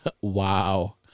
Wow